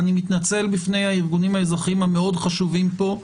אני מתנצל בפני הארגונים האזרחיים המאוד חשובים פה.